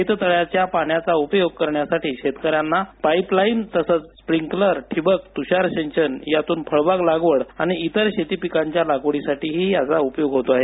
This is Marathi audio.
शेत तळ्याच्या पाण्याचा उपयोग करण्यासाठी शेतकऱ्यांना पाईपलाईन तसंच स्प्रिकलर ठिबक तूषार सिंचन यातून फळबाग लागवड आणि इतर शेती पिकांच्या लागवडीसाठी ही उपयोग होतो आहे